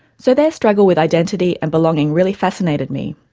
so their struggle with identity and belonging really fascinated me.